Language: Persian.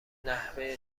نحوه